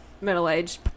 middle-aged